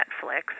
Netflix